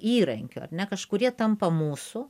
įrankių ar ne kažkurie tampa mūsų